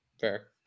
fair